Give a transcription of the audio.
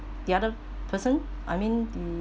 the other person I mean the